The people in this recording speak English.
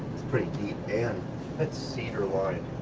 it's pretty deep and it's cedar lined.